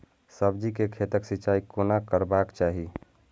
सब्जी के खेतक सिंचाई कोना करबाक चाहि?